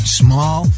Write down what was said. small